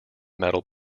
metal